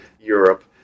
Europe